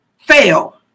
fail